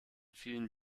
vielen